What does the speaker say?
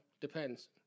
depends